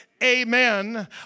amen